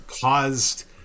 caused